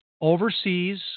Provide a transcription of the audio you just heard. overseas